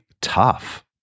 tough